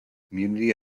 community